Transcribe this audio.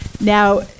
now